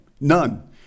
None